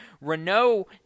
Renault